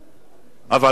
אבל לא יכול להיות,